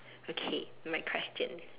okay my question